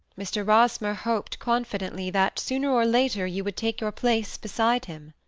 mr. rosmer hoped confidently that sooner or later you would take your place beside him.